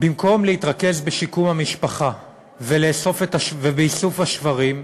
במקום להתרכז בשיקום המשפחה ובאיסוף השברים,